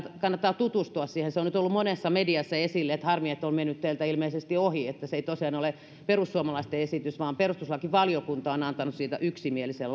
kannattaa tutustua siihen se on nyt ollut monessa mediassa esillä eli harmi että se on mennyt teiltä ilmeisesti ohi että se ei tosiaan ole perussuomalaisten esitys vaan perustuslakivaliokunta on antanut siitä yksimielisen